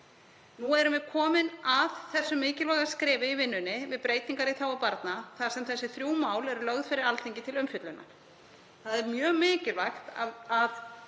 Nú erum við komin að því mikilvæga skrefi í vinnunni við breytingar í þágu barna þar sem þessi þrjú mál eru lögð fyrir Alþingi til umfjöllunar. Það er mjög mikilvægt að